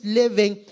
living